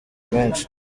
menshi